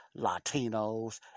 Latinos